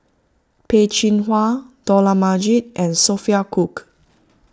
Peh Chin Hua Dollah Majid and Sophia Cooke